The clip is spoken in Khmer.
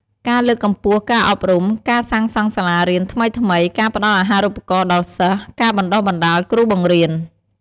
ការលើកកម្ពស់ការអប់រំ ការសាងសង់សាលារៀនថ្មីៗ ការផ្ដល់អាហារូបករណ៍ដល់សិស្ស ការបណ្ដុះបណ្ដាលគ្រូបង្រៀន។